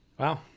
Wow